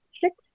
six